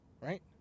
Right